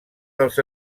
dels